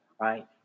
right